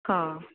હં